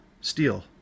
steel